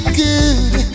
good